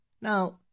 Now